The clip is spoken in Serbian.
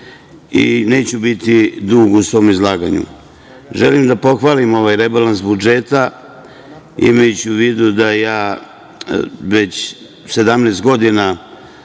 Neću biti dug u svom izlaganju. Želim da pohvalim ovaj rebalans budžeta, imajući u vidu da ja već 17 godina